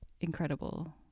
incredible